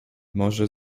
może